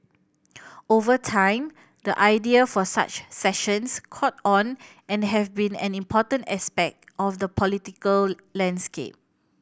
over time the idea for such sessions caught on and have be an important aspect of the political landscape